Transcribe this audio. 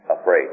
afraid